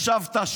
ישבת,